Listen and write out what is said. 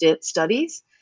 studies